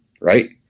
right